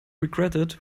regretted